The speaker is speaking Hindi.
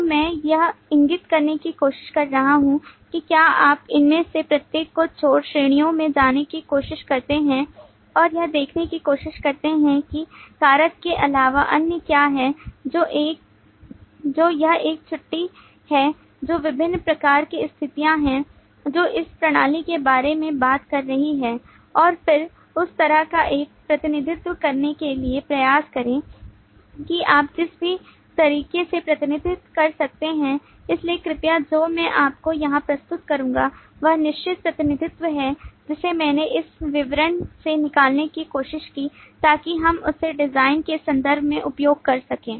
तो मैं यह इंगित करने की कोशिश कर रहा हूं कि क्या आप इनमें से प्रत्येक को छोड़ श्रेणियों में जाने की कोशिश करते हैं और यह देखने की कोशिश करते हैं कि कारक के अलावा अन्य क्या हैं जो यह एक छुट्टी है जो विभिन्न प्रकार की स्थितियां हैं जो इस प्रणाली के बारे में बात कर रही हैं और फिर उस तरह का एक प्रतिनिधित्व बनाने के लिए प्रयास करें कि आप जिस भी तरीके से प्रतिनिधित्व कर सकते हैं इसलिए कृपया जो मैं आपको यहां प्रस्तुत करूंगा वह निश्चित प्रतिनिधित्व है जिसे मैंने इस विवरण से निकालने की कोशिश की ताकि हम इसे डिजाइन के संदर्भ में उपयोग कर सकें